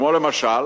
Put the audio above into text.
כמו למשל